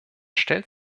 stellt